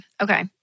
Okay